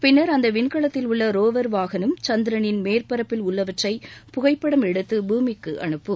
பின்னர் அந்த விண்கலத்தில் உள்ள ரோவர் வாகனம் சந்திரனின் மேற்பரப்பில் உள்ளவற்றை புகைப்படம் எடுத்து பூமிக்கு அனுப்பும்